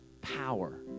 power